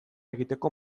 egiteko